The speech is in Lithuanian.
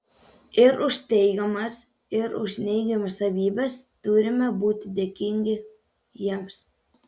ir už teigiamas ir už neigiamas savybes turime būti dėkingi jiems